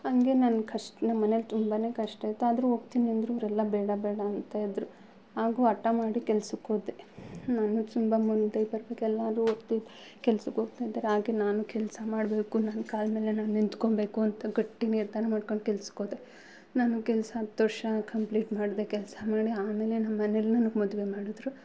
ಹಂಗೆ ನನ್ನ ಕಷ್ಟ ನಮ್ಮ ಮನೆಯಲ್ ತುಂಬಾ ಕಷ್ಟ ಇತ್ತು ಆದರೂ ಹೋಗ್ತಿನಿ ಅಂದರು ಇವರೆಲ್ಲ ಬೇಡ ಬೇಡ ಅಂತ ಇದ್ರೂ ಹಾಗು ಹಟ ಮಾಡಿ ಕೆಲ್ಸಕ್ಕೆ ಹೋದೆ ನಾನು ತುಂಬಾ ಮುಂದೆ ಬರ್ಬೇಕು ಎಲ್ಲರು ಓದ್ತಿದ್ ಕೆಲ್ಸಕ್ಕೆ ಹೋಗ್ತಾಯಿದ್ದಾರೆ ಹಾಗೆ ನಾನು ಕೆಲಸ ಮಾಡಬೇಕು ನನ್ನ ಕಾಲು ಮೇಲೆ ನಾನು ನಿಂತ್ಕೊಬೇಕು ಅಂತ ಗಟ್ಟಿ ನಿರ್ಧಾರ ಮಾಡ್ಕೊಂಡು ಕೆಲ್ಸಕ್ಕೆ ಹೋದೆ ನಾನು ಕೆಲಸ ಹತ್ತು ವರ್ಷ ಕಂಪ್ಲೀಟ್ ಮಾಡಿದೆ ಕೆಲಸ ಮಾಡಿ ಆಮೇಲೆ ನಮ್ಮ ಮನೆಯಲ್ ನನಗೆ ಮದುವೆ ಮಾಡಿದ್ರು